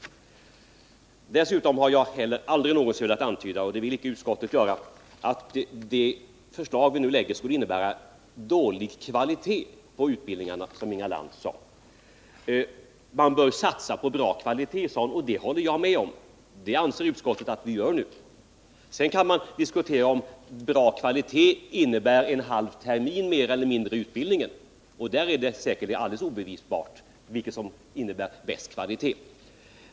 Dessutom har jag aldrig någonsin velat antyda — och det vill inte heller utskottet göra — att det förslag som vi nu framlägger skulle, som Inga Lantz sade, medföra dålig kvalitet på utbildningarna. Man bör satsa på bra kvalitet, sade hon. Det håller jag med om, och det anser utskottet att vi gör nu. Sedan kan man diskutera om en bra kvalitet är beroende av en halv termin mer eller mindre. Här är det säkerligen alldeles obevisbart vad som medför den bästa kvaliteten.